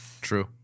True